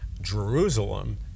Jerusalem